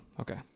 okay